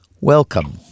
welcome